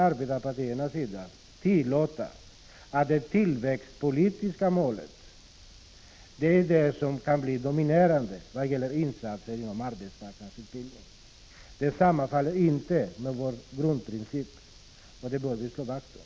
Arbetarpartierna får inte tillåta att det tillväxtpolitiska målet blir dominerande vad gäller insatser inom arbetsmarknadsutbildningen. Det sammanfaller inte med vår grundprincip, och den bör vi slå vakt om.